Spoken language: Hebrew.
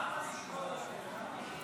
למה לשבור אותו?